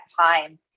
time